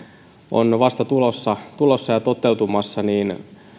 on vasta tulossa tulossa ja toteutumassa niin